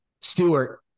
Stewart